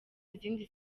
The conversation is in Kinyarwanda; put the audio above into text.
izindi